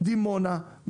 דימונה,